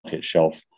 shelf